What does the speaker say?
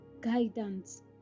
guidance